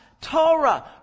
Torah